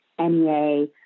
NEA